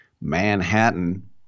Manhattan